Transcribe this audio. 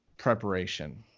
Preparation